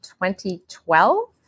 2012